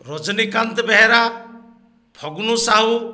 Rajinikanth Behera Phaganu Sahu